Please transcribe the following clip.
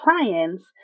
clients